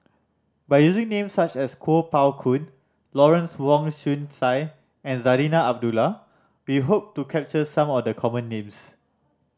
by using names such as Kuo Pao Kun Lawrence Wong Shyun Tsai and Zarinah Abdullah we hope to capture some of the common names